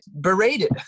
berated